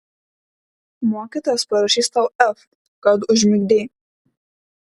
mokytojas parašys tau f kad užmigdei